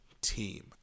team